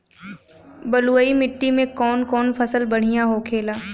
बलुई मिट्टी में कौन कौन फसल बढ़ियां होखेला?